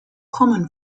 common